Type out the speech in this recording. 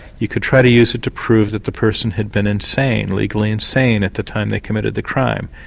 you could try to use it to prove that the person had been insane, legally insane at the time they committed the crime.